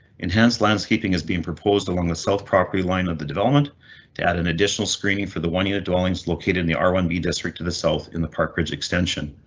enhanced landscaping is being proposed along the south property line of the development to add an additional screening for the one unit dwellings located in the r one b district to the south in the park ridge extension.